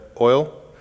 oil